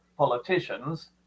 politicians